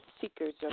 seekers